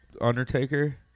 Undertaker